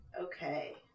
Okay